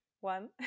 one